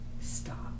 Stop